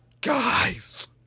Guys